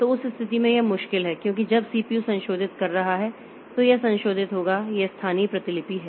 तो उस स्थिति में यह मुश्किल है क्योंकि जब सीपीयू संशोधित कर रहा है तो यह संशोधित होगा यह स्थानीय प्रतिलिपि है